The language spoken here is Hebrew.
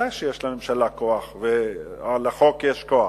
ודאי שיש לממשלה כוח ושלחוק יש כוח,